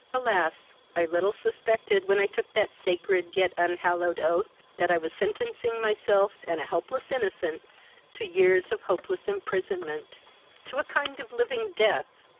alas! i little suspected, when i took that sacred, yet unhallowed oath, that i was sentencing myself and a helpless innocent to years of hopeless imprisonment to a kind of living death,